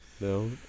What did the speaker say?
No